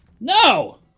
No